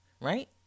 Right